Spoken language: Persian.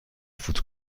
فوت